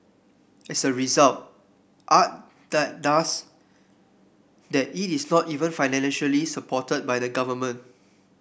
as a result art that does that it is not even financially supported by the government